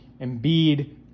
Embiid